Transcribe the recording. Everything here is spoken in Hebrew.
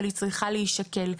אבל היא צריכה להישקל.